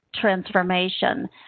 transformation